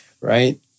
Right